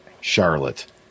Charlotte